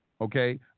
Okay